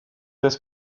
des